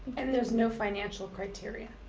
and there's no financial criteria?